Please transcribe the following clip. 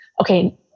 Okay